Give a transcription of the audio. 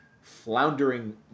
floundering